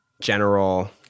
general